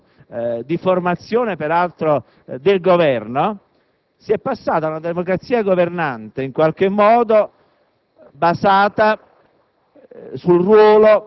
il ruolo d'impulso (di formazione, per altro, del Governo), ad una democrazia governante in qualche modo basata